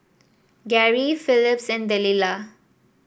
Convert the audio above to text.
Garry Philip and Delila